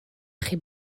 chi